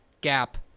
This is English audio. gap